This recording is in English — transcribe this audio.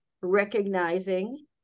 recognizing